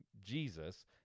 Jesus